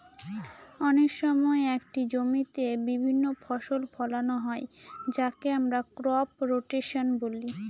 অনেক সময় একটি জমিতে বিভিন্ন ফসল ফোলানো হয় যাকে আমরা ক্রপ রোটেশন বলি